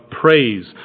praise